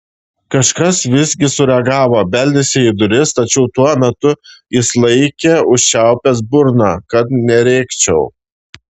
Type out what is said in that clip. kažkas visgi sureagavo beldėsi į duris tačiau tuo metu jis laikė užčiaupęs burną kad nerėkčiau